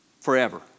forever